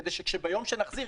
כדי שביום שנחזיר,